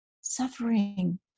suffering